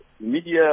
Media